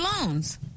loans